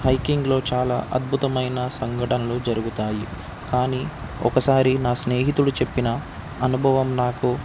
హైకింగ్లో చాలా అద్భుతమైన సంఘటనలు జరుగుతాయి కానీ ఒకసారి నా స్నేహితుడు చెప్పిన అనుభవం నాకు